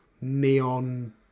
neon